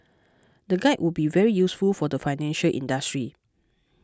the guide would be very useful for the financial industry